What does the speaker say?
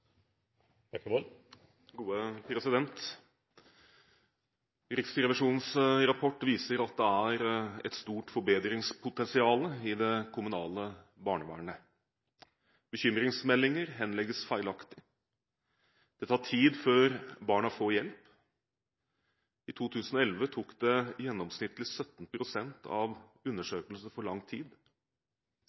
et stort forbedringspotensial i det kommunale barnevernet. Bekymringsmeldinger henlegges feilaktig. Det tar tid før barna får hjelp. I 2011 tok gjennomsnittlig 17 pst. av undersøkelsene for lang tid,